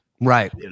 Right